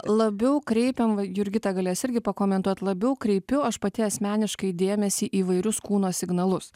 labiau kreipiam va jurgita galės irgi pakomentuot labiau kreipiu aš pati asmeniškai dėmesį įvairius kūno signalus